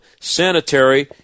sanitary